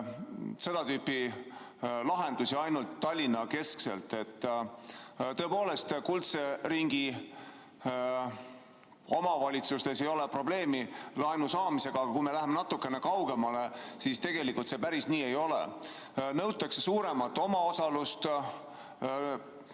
seda tüüpi lahendusi ainult Tallinna-keskselt. Tõepoolest, kuldse ringi omavalitsustes ei ole probleemi laenu saamisega, aga kui me läheme natukene kaugemale, siis tegelikult see päris nii [lihtne] ei ole. Nõutakse suuremat omaosalust,